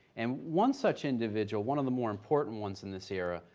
and one such individual, one of the more important ones in this era,